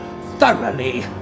Thoroughly